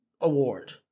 Award